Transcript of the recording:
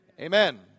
Amen